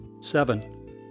Seven